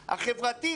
החברתית,